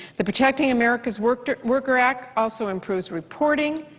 the protecting america's worker worker act also improves reporting,